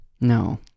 No